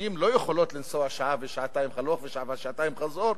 נשים לא יכולות לנסוע שעה ושעתיים הלוך ושעה ושעתיים חזור